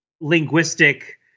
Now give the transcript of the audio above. linguistic